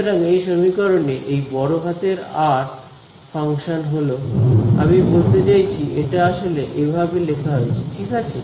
সুতরাং এই সমীকরণে এই বড় হাতের আর ফাংশন হল আমি বলতে চাইছি এটা আসলে এভাবে লেখা হয়েছে ঠিক আছে